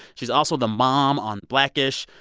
she's also the mom on black-ish.